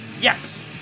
yes